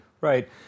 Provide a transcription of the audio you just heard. Right